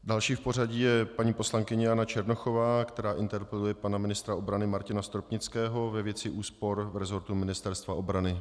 Další v pořadí je paní poslankyně Jana Černochová, která interpeluje pana ministra obrany Martina Stropnického ve věci úspor v resortu Ministerstva obrany.